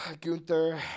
Gunther